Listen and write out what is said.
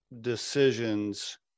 decisions